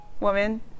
woman